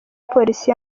polisi